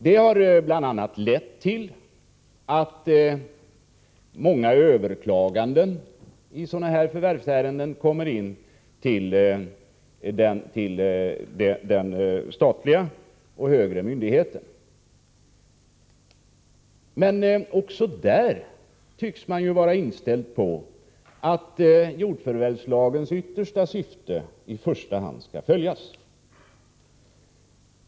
Detta har bl.a. lett till många överklaganden i förvärvsärenden till den överordnade statliga myndigheten, lantbruksstyrelsen. Men också där tycks man i första hand vilja se till jordförvärvslagens yttersta syfte, dvs. större enheter.